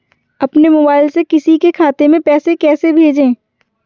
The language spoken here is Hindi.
अपने मोबाइल से किसी के खाते में पैसे कैसे भेजें?